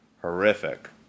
horrific